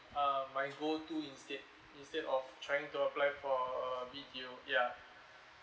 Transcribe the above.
um my go to instead instead of trying to apply for uh B_T_O ya